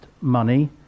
money